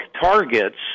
targets